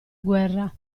guerra